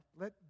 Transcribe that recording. let